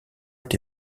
est